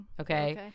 okay